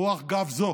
רוח גב זו